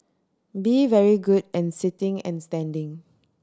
be very good and sitting and standing